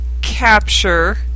capture